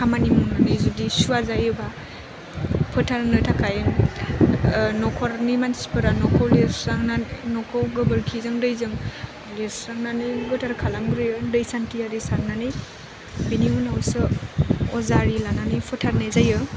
खामानि मावनानै जुदि सुवा जायोबा फोथारनो थाखाय नखरनि मानसिफोरा न'खौ लिरस्रांनानै न'खौ गोबोरखिजों दैजों लिरस्रांनानै गोथार खालामग्रोयो दै सान्थिआरि सारनानै बेनि उनावसो अजा एरि लानानै फोथारनाय जायो